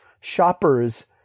shoppers